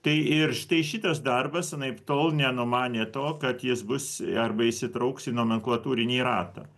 tai ir štai šitas darbas anaiptol nenumanė to kad jis bus arba įsitrauks į nomenklatūrinį ratą